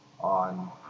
on